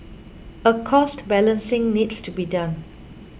a cost balancing needs to be done